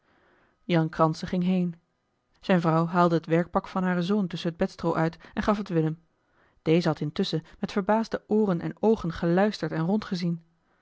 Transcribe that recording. jan kranse ging heen zijne vrouw haalde het werkpak van haren zoon tusschen het bedstroo uit en gaf het willem deze had intusschen met verbaasde ooren en oogen geluisterd en